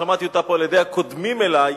ששמעתי אותה פה על-ידי הקודמים לי,